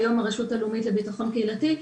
היום הרשות הלאומית לביטחון קהילתי.